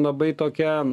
labai tokią